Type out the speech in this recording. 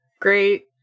Great